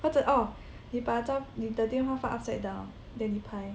或者哦你把照你把电话放 upside down then 你拍